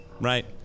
Right